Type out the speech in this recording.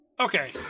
Okay